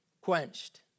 quenched